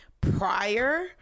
prior